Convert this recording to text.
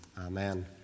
amen